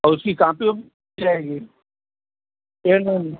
और उसकी कांपी ओपी मिल जाएगीजाएगी पेन ओन